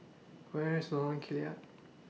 Where IS Lorong Kilat